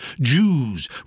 Jews